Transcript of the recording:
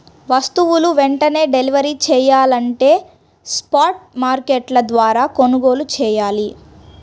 వస్తువులు వెంటనే డెలివరీ చెయ్యాలంటే స్పాట్ మార్కెట్ల ద్వారా కొనుగోలు చెయ్యాలి